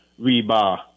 rebar